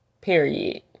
Period